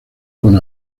con